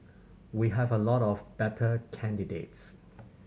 we have a lot of better candidates